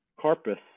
corpus